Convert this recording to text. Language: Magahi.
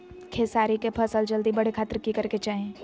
खेसारी के फसल जल्दी बड़े के खातिर की करे के चाही?